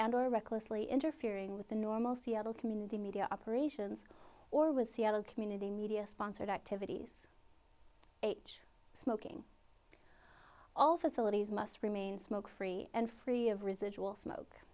and or recklessly interfering with the normal seattle community media operations or with seattle community media sponsored activities age smoking all facilities must remain smoke free and free of residual smoke